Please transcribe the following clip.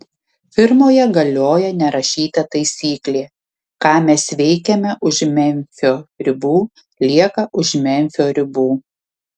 firmoje galioja nerašyta taisyklė ką mes veikiame už memfio ribų lieka už memfio ribų